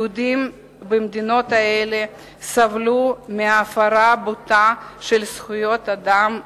יהודים במדינות אלה סבלו מהפרה בוטה של זכויות אדם בסיסיות,